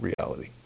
reality